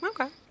Okay